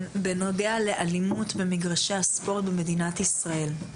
בנוגע לאלימות במגרשי הספורט במדינת ישראל.